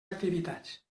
activitats